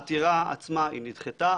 העתירה עצמה נדחתה,